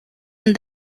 and